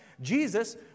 Jesus